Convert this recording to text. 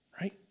Right